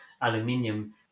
aluminium